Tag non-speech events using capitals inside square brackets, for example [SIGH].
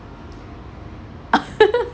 [LAUGHS]